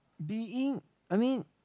being I mean